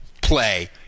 play